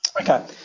Okay